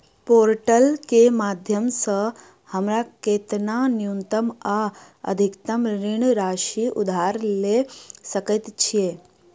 Portal केँ माध्यम सऽ हमरा केतना न्यूनतम आ अधिकतम ऋण राशि उधार ले सकै छीयै?